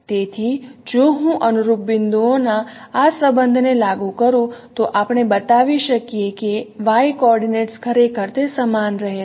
તેથી જો હું અનુરૂપ બિંદુઓના આ સંબંધને લાગુ કરું તો આપણે બતાવી શકીએ કે y કોઓર્ડિનેટ્સ ખરેખર તે સમાન રહે છે